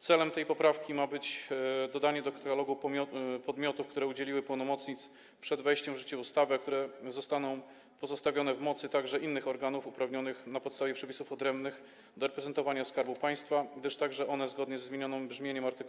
Celem tej poprawki ma być dodanie do katalogu podmiotów, które udzieliły pełnomocnictw przed wejściem w życie ustawy, które zostaną pozostawione w mocy, także innych organów uprawnionych na podstawie przepisów odrębnych do reprezentowania Skarbu Państwa, gdyż także one zgodnie ze zmienionym brzmieniem art.